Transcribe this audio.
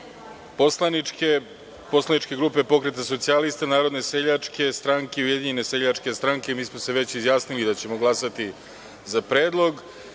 poslaničke, poslaničke grupe Pokreta socijalista, Narodne seljačke stranke i Ujedinjene seljačke stranke, mi smo se već izjasnili da ćemo glasati za predlog.